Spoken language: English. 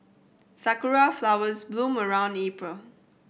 sakura flowers bloom around April